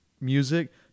music